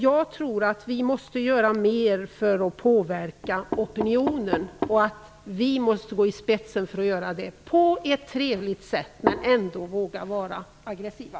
Jag tror att vi måste göra mer för att påverka opinionen. Vi måste gå i spetsen för att göra det på ett trevligt sätt men ändå våga vara aggressiva.